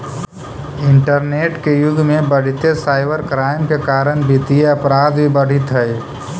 internet के युग में बढ़ीते साइबर क्राइम के कारण वित्तीय अपराध भी बढ़ित हइ